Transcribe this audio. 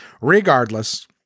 regardless